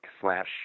slash